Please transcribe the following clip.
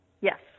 Yes